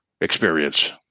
experience